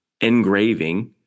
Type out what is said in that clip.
engraving